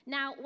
Now